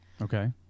Okay